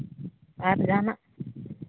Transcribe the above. ᱟᱨ ᱡᱟᱦᱟᱱᱟᱜ